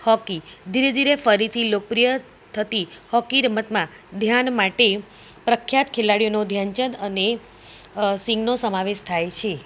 hockey ધીરે ધીરે ફરીથી લોકપ્રિય થતી હોકી રમતમાં ધ્યાન માટે પ્રખ્યાત ખેલાડીઓનો ધ્યાનચંદ અને સિંઘનો સમાવેશ થાય છે